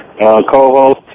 co-host